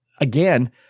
Again